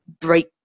break